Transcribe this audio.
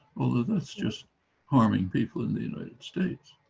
although that's just harming people in the united states.